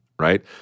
right